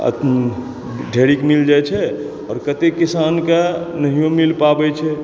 आ ढेरिक मिल जाइ छै आओर कतेक किसानके नहियो मिल पाबै छै